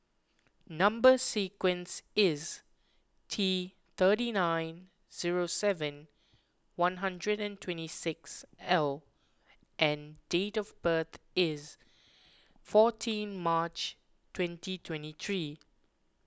Number Sequence is T thirty nine zero seven one hundred and twenty six L and date of birth is fourteen March twenty twenty three